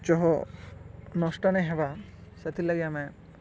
ଯହ ନଷ୍ଟ ନାଇଁ ହେବା ସେଥିଲାଗି ଆମେ